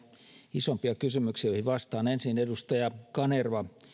isompia kysymyksiä joihin vastaan ensin edustaja kanerva